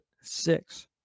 six